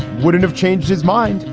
would it have changed his mind?